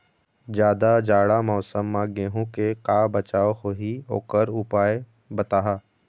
जादा जाड़ा मौसम म गेहूं के का बचाव होही ओकर उपाय बताहा?